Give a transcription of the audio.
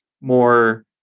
more